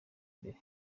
imbere